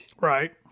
Right